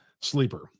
Sleeper